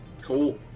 Cool